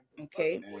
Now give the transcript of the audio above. Okay